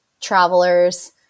travelers